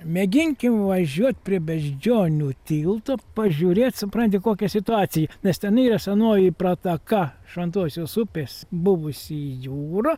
mėginkim važiuot prie beždžionių tilto pažiūrėt supranti kokia situacija nes tenai yra senoji prataka šventosios upės buvusi jūra